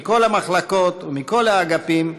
מכל המחלקות ומכל האגפים,